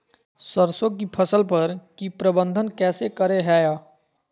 सरसों की फसल पर की प्रबंधन कैसे करें हैय?